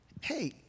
Hey